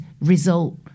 result